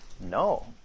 No